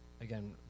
again